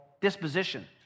disposition